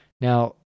Now